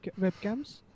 webcams